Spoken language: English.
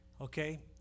Okay